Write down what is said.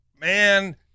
man